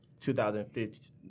2015